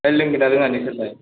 ओमफ्राय लोंगोना लोङा नोंसोरलाय